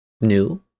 new